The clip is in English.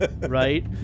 right